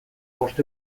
bost